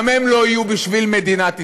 גם הם לא יהיו בשביל מדינת ישראל.